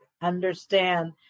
understand